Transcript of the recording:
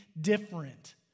different